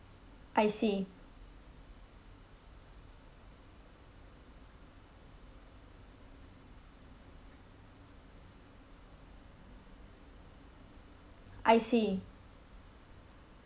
I see I see